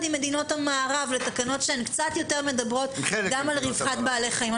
עם מדינות המערב לתקנות שהן קצת יותר מדברות גם על רווחת בעלי החיים.